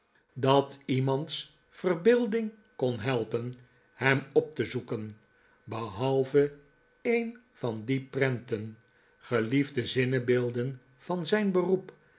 dat iemands verbeelding kon helpen hem op te zoeken behalve een van die prenten geliefde zinnebeelden van zijn beroep